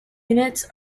units